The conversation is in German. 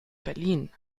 berlin